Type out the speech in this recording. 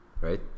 Right